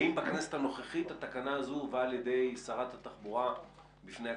האם בכנסת הנוכחית התקנה הזאת הובאה לידי שרת התחבורה שתביא בפני הכנסת?